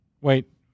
Wait